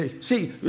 see